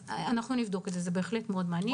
אנחנו נבדוק את זה, וזה בהחלט מאוד מעניין.